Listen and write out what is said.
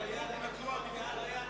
אם לא היה,